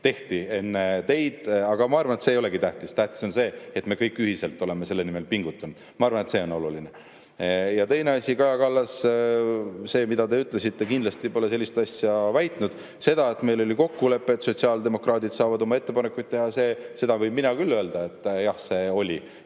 tehti enne teid. Aga ma arvan, et see ei olegi tähtis. Tähtis on see, et me kõik ühiselt oleme selle nimel pingutanud. Ma arvan, et see on oluline. Ja teine asi. Kaja Kallas pole kindlasti sellist asja, mida te ütlesite, väitnud. Selle kohta, et meil oli kokkulepe, et sotsiaaldemokraadid saavad oma ettepanekuid teha, võin mina küll öelda, et jah, see oli.